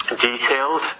detailed